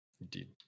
Indeed